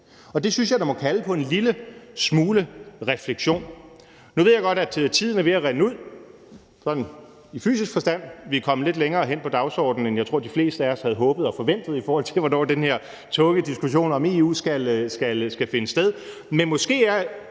Det synes jeg da må kalde på en lille smule refleksion. Nu ved jeg godt, at tiden er ved at rinde ud sådan i fysisk forstand – vi er kommet lidt længere hen på dagsordenen, end jeg tror de fleste af os havde håbet og forventet, i forhold til hvornår den her tågede diskussion om EU skal finde sted. Men måske er